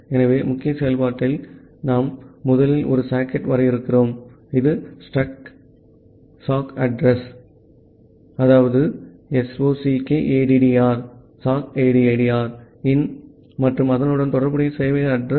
ஆகவே முக்கிய செயல்பாட்டில் இதை நாம் முதலில் ஒரு சாக்கெட்டை வரையறுக்கிறோம் இது ஸத்ருக்ட்struct சாக் அட்ரஸ்sockaddr in மற்றும் அதனுடன் தொடர்புடைய சேவையக அட்ரஸ்